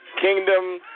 kingdom